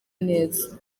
neza